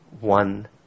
one